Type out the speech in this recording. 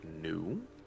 new